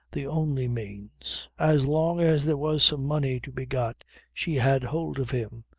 the only means. as long as there was some money to be got she had hold of him.